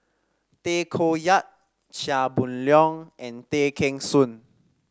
Tay Koh Yat Chia Boon Leong and Tay Kheng Soon